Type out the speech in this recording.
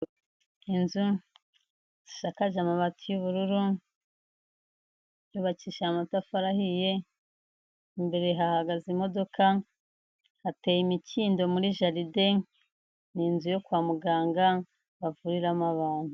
Inzu zisakaje amabati y'ubururu, yubakishije amatafari ahiye, imbere hahagaze imodoka, hateye imikindo muri jaride; ni inzu yo kwa muganga bavuriramo abantu.